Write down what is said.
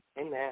amen